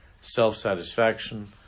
self-satisfaction